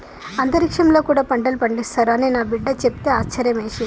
అంతరిక్షంలో కూడా పంటలు పండిస్తారు అని నా బిడ్డ చెప్తే ఆశ్యర్యమేసింది